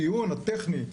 הדיון הטכני,